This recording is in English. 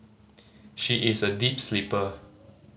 she is a deep sleeper